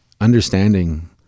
understanding